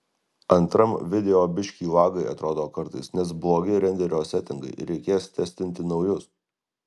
antram video biskį lagai atrodo kartais nes blogi renderio setingai reikės testinti naujus